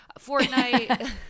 Fortnite